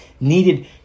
Needed